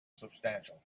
substantial